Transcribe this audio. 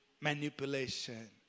manipulation